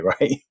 right